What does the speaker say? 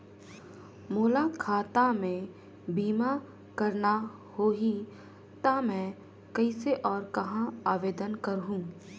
मोला खाता मे बीमा करना होहि ता मैं कइसे और कहां आवेदन करहूं?